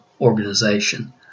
organization